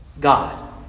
God